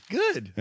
good